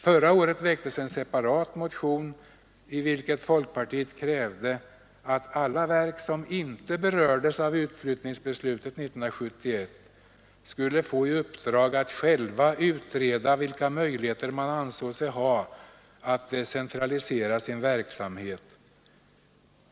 Förra året väcktes en separat motion, i vilken folkpartiet krävde att alla verk som inte berördes av utflyttningsbeslutet 1971 skulle få i uppdrag att själva utreda vilka möjligheter man ansåg sig ha att decentralisera sin verksamhet.